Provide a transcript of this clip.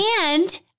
And-